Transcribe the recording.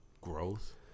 Growth